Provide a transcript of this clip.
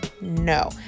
No